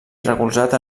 recolzat